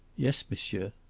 yes, monsieur.